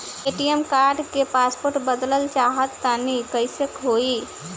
ATM card क password बदलल चाहा तानि कइसे होई?